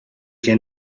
can